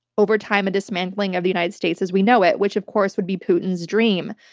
over time, a dismantling of the united states as we know it, which of course would be putin's dream.